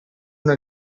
una